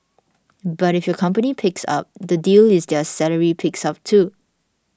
but if your company picks up the deal is their salary picks up too